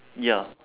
ya